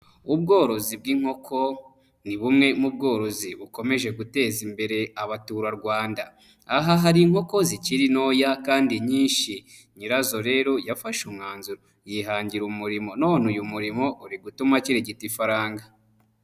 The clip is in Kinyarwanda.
Ubworozi bw'inkoko ni bumwe mu bworozi bukomeje guteza imbere abaturarwanda. Aha hari inkoko zikiri ntoya kandi nyinshi, nyirazo rero yafashe umwanzuro yihangira umurimo, none uyu murimo uri gutuma akirigita ifaranga.